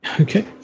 Okay